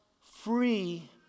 free